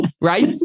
right